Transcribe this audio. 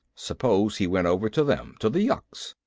suppose he went over to them, to the yuks.